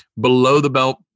below-the-belt